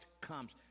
comes